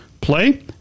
play